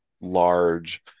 large